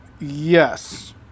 Yes